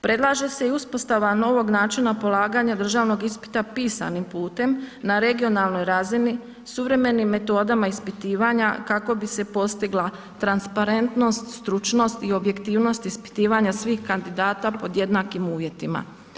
Predlaže se i uspostava novog načina polaganja državnog ispita pisanim putem na regionalnoj razini suvremenim metodama ispitivanja kako bi se postigla transparentnost, stručnost i objektivnost ispitivanja svih kandidata pod jednakim uvjetima.